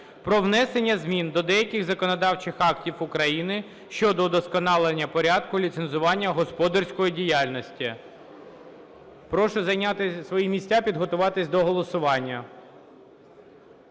про внесення змін до деяких законодавчих актів України щодо удосконалення порядку ліцензування господарської діяльності. Прошу зайняти свої місця, підготуватися до голосування.